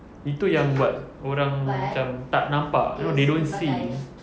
itu yang buat orang macam tak nampak you know they don't see